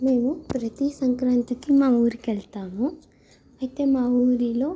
మేము ప్రతీ సంక్రాంతికి మా ఊరుకు వెళ్తాము అయితే మా ఊరిలో